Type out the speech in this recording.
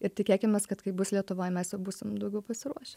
ir tikėkimės kad kai bus lietuvoj mes jau būsim daugiau pasiruošę